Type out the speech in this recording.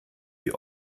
die